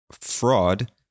fraud